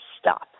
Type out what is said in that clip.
stop